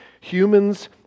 humans